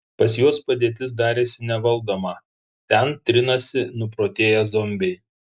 pas juos padėtis darėsi nevaldoma ten trinasi nuprotėję zombiai